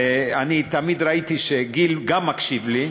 ואני תמיד ראיתי שגיל גם מקשיב לי,